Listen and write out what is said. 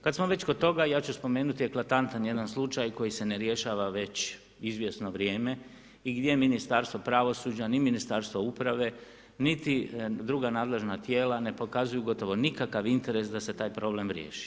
Kad smo već kod toga ja ću spomenuti eklatantan jedan slučaj koji se ne rješava već izvjesno vrijeme i gdje Ministarstvo pravosuđa, ni Ministarstvo uprave, niti druga nadležna tijela ne pokazuju gotovo nikakav interes da se taj problem riješi.